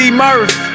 murph